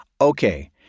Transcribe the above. Okay